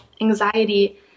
anxiety